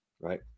right